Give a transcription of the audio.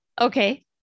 Okay